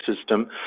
system